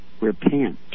Repent